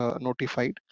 notified